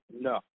No